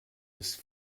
ist